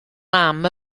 mam